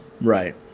Right